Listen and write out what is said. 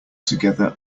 together